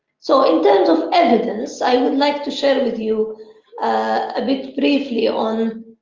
so in terms of evidence, i would like to share with you a bit briefly on